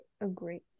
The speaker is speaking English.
agree